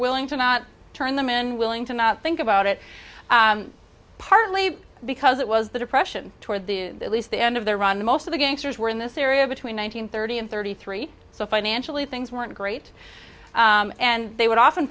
willing to not turn them in willing to think about it partly because it was the depression toward the at least the end of their run most of the gangsters were in this area between one hundred thirty and thirty three so financially things weren't great and they would often